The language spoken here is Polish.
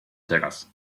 teraz